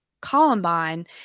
Columbine